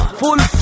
full